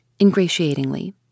ingratiatingly